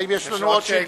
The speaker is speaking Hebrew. האם יש לנו עוד שאילתא?